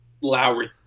Lowry